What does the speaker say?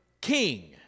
King